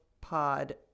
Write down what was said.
Pod